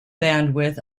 bandwidth